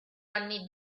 anni